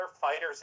fighters